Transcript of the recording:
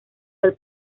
del